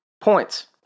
points